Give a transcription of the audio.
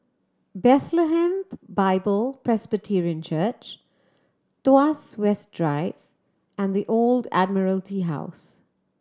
Bethlehem Bible Presbyterian Church Tuas West Drive and The Old Admiralty House